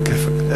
עלא כיפאק.